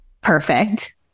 perfect